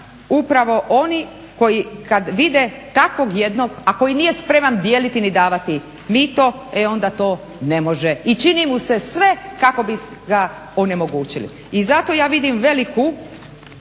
upravo oni koji kad vide takvog jednog, a koji nije spreman dijeliti ni davati mito, e onda to ne može. I čini mu se sve kako bi ga onemogućili. I zato ja vidim veliku,